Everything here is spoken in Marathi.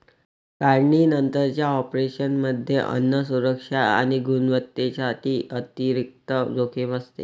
काढणीनंतरच्या ऑपरेशनमध्ये अन्न सुरक्षा आणि गुणवत्तेसाठी अतिरिक्त जोखीम असते